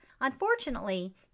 Unfortunately